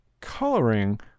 coloring